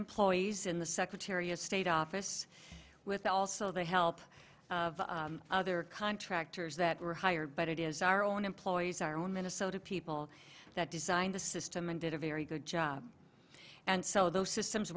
employees in the secretary of state office with also the help of other contractors that were hired but it is our own employees our own minnesota people that designed the system and did a very good job and so those systems